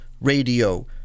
radio